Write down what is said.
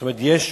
יש,